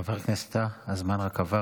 חבר הכנסת טאהא, הזמן עבר.